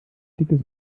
dickes